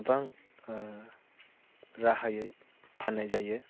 गोबां राहायै फाननाय जायो